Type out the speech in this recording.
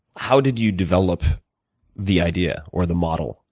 how did you develop the idea or the model?